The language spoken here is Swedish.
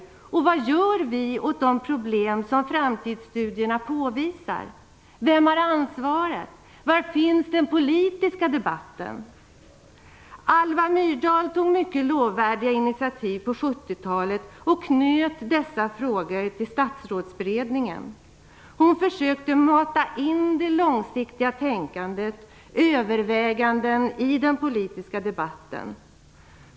Vad gör vi åt de problem som framtidsstudierna påvisar? Vem har ansvaret? Var finns den politiska debatten? Alva Myrdal tog mycket lovvärda initiativ på 70 talet och knöt dessa frågor till Statsrådsberedningen. Hon försökte mata in det långsiktiga tänkandet, överväganden i den politiska debatten.